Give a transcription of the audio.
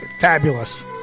Fabulous